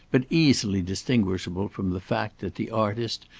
but easily distinguishable from the fact that the artist,